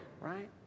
right